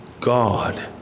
God